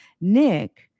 Nick